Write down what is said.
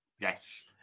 Yes